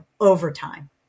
overtime